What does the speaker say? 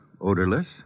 odorless